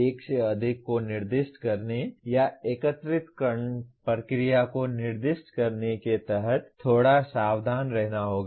एक से अधिक को निर्दिष्ट करने या एकत्रीकरण प्रक्रिया को निर्दिष्ट करने के तहत थोड़ा सावधान रहना होगा